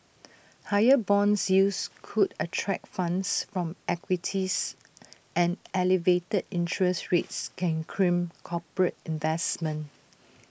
higher Bond yields could attract funds from equities and elevated interest rates can crimp corporate investment